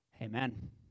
Amen